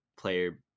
player